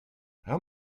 how